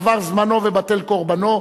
עבר זמנו ובטל קורבנו.